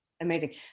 amazing